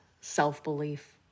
self-belief